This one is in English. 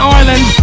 Ireland